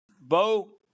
Bo